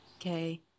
okay